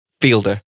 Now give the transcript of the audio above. fielder